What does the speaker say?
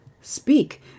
speak